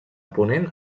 ponent